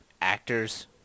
actors